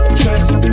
trust